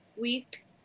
week